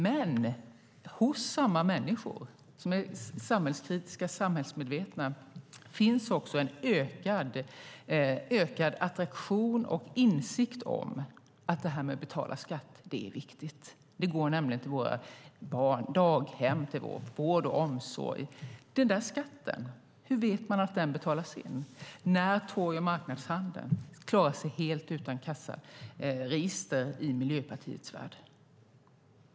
Men hos samma människor, som är samhällskritiska och samhällsmedvetna, finns också en ökad insikt om att detta att betala skatt är viktigt. Det går nämligen till våra daghem och vår vård och omsorg. Hur vet man att den där skatten betalas in när torg och marknadshandeln klarar sig helt utan kassaregister i Miljöpartiets värld?